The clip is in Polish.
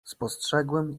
spostrzegłem